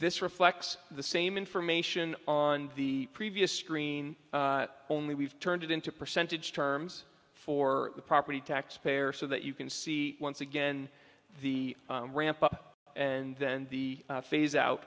this reflects the same information on the previous screen only we've turned it into percentage terms for the property tax payer so that you can see once again the ramp up and then the phase out